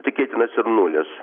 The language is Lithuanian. tikėtinas ir nulis